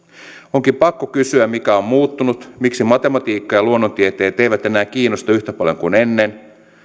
onkin pakko kysyä mikä on muuttunut miksi matematiikka ja luonnontieteet eivät enää kiinnosta yhtä paljon kuin ennen